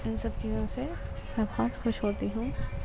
ان سب چیزوں سے میں بہت خوش ہوتی ہوں